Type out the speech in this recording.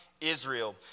Israel